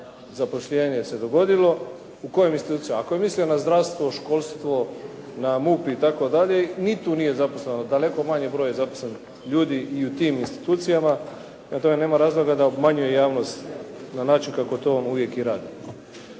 zapošljavanje dogodilo, u kojim institucijama? Ako je mislio na zdravstvo, školstvo, na MUP itd. ni tu nije zaposleno. Daleko manji broj je zaposleno ljudi i u tim institucijama. Prema tome nema razloga da obmanjuje javnost na način kako to on uvijek i radi.